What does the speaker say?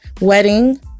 wedding